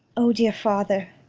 o dear father,